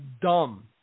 dumb